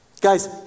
Guys